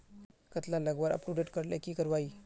कतला लगवार अपटूडेट करले की करवा ई?